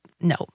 no